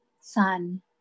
Sun